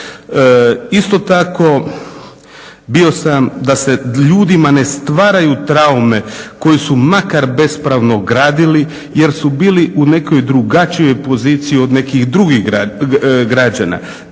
Isto tako bio sam da se ljudima ne stvaraju traume koji su makar bespravno gradili jer su bili u nekoj drugačijoj poziciji od nekih drugih građana.